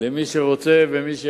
מי שרוצה ואת מי שיכול.